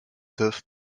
d’œuvre